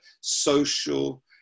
social